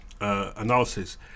analysis